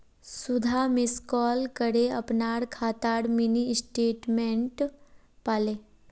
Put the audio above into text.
सुधा miss call करे अपनार खातार मिनी स्टेटमेंट पाले